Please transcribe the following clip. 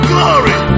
Glory